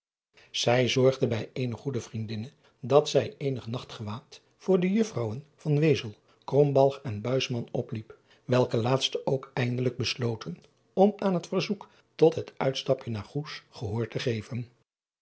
ij zorgde bij eene goede vriendinne dat zij eenig nachtgewaad voor de uffrouwen en opliep welke laatste ook eindelijk besloten om aan het verzoek tot het uitstapje naar oes gehoor te geven